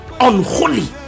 unholy